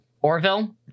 Orville